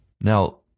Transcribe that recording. now